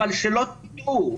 אבל שלא תטעו,